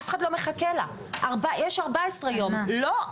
אף אחד לא מחכה לה, יש 14 יום, לא?